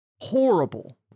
horrible